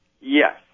Yes